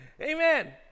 amen